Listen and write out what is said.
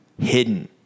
hidden